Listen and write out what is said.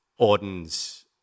Auden's